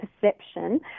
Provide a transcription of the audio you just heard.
perception